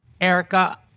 Erica